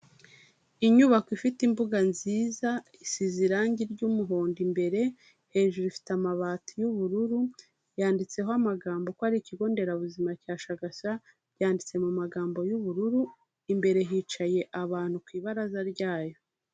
Inyubako ifite imbuga nziza isize irangi ry’umuhondo imbere, hejuru ifite amabati y’ubururu, yanditseho amagambo ko ari ikigo nderabuzima cya Shagasha, byanditse mu magambo y’ubururu, imbere hicaye abantu ku ibaraza ryayo.